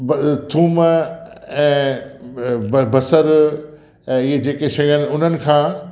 ब थूम ऐं ब ब बसर ऐं इहे जेके शयूं आहिनि उन्हनि खां